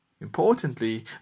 importantly